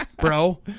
bro